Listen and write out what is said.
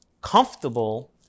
comfortable